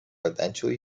eventually